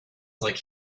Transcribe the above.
like